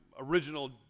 original